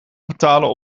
betalen